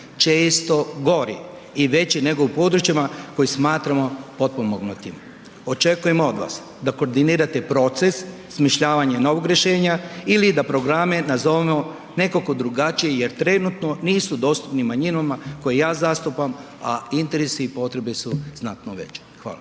često gori i veći nego u područjima koje smatramo potpuno .../Govornik se ne razumije./.... Očekujem od vas da koordinirate proces, osmišljavanje novog rješenja ili da programe nazovemo nekako drugačije jer trenutno nisu dostupni manjinama koje ja zastupam a interesi i potrebe su znatno veće. Hvala.